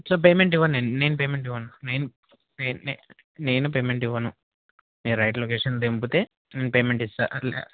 so payment ఇవ్వను నను నేను పేమెంట్ ఇవ్వను నేను నే నేను పేమెంట్ ఇవ్వను మీరు రైట్ లొకేషన్లో దింపితే నేను పేమెంట్ ఇస్తా అట్